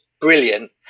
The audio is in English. brilliant